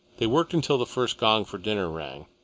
they worked until the first gong for dinner rang.